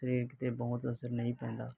ਸਿਹਤ 'ਤੇ ਬਹੁਤ ਅਸਰ ਨਹੀਂ ਪੈਂਦਾ